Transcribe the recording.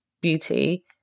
beauty